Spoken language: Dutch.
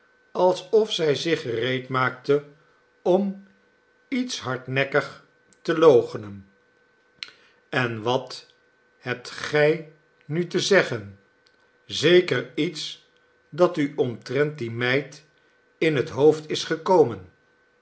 alsof zij zich gereed maakte om iets hardnekkig te loochenen en wat hebt gij nu te zeggen zeker iets dat u omtrent die meid in het hoofd is gekomen